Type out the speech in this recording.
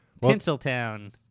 Tinseltown